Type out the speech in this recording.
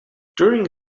during